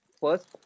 first